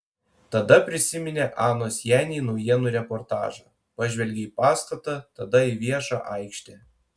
tada prisiminė anos jani naujienų reportažą pažvelgė į pastatą tada į viešą aikštę